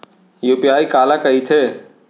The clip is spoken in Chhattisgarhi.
यू.पी.आई काला कहिथे?